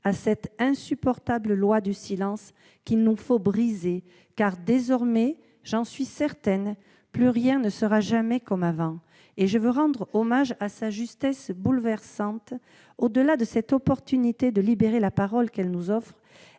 à l'insupportable loi du silence qu'il nous faut briser. Désormais, j'en suis certaine, plus rien ne sera comme avant. Je veux rendre hommage à sa justesse bouleversante. Au-delà de l'occasion de libérer la parole qu'elle nous offre,